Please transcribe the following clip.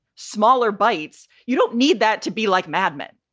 smaller bites. you don't need that to be like madmen.